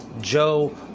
Joe